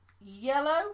yellow